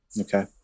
Okay